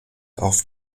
auf